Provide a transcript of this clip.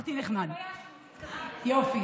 יופי.